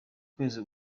kwezi